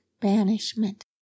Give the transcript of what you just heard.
banishment